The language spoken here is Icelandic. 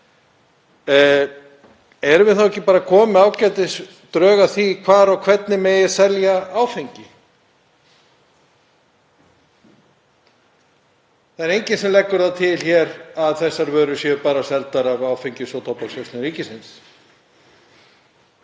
erum við þá ekki bara komin með ágætisdrög að því hvar og hvernig megi selja áfengi? Það er enginn sem leggur það til hér að þessar vörur séu bara seldar af Áfengis- og tóbaksverslun ríkisins.